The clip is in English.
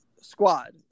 squad